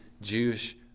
Jewish